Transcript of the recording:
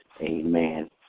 amen